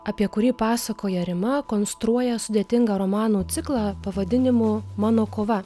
apie kurį pasakoja rima konstruoja sudėtingą romanų ciklą pavadinimu mano kova